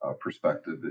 perspective